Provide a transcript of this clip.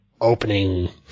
opening